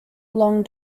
long